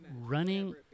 running